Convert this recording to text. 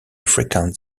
frequent